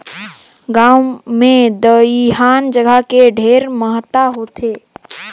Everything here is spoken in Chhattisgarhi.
गांव मे दइहान जघा के ढेरे महत्ता होथे